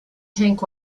tank